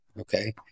Okay